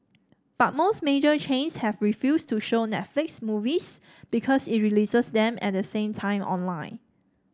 but most major chains have refused to show Netflix movies because it releases them at the same time online